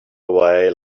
away